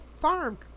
farm